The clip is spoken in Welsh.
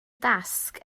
dasg